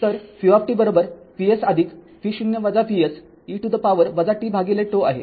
तर v Vs e to the power t भागिले आहे